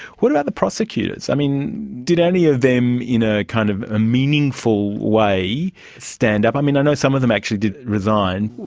what about the prosecutors? i mean, did any of them in a kind of a meaningful way stand up? i mean, i know some of them actually did resign.